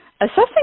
Assessing